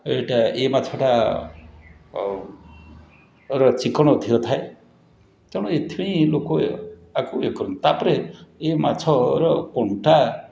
ଏଇଟା ଏ ମାଛଟା ର ଚିକ୍କଣ ଅଧିକ ଥାଏ ତେଣୁ ଏଇଥିପାଇଁ ଲୋକ ଆକୁ ଇଏ କରନ୍ତି ତା'ପରେ ଏ ମାଛର କଣ୍ଟା